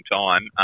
time